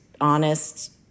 honest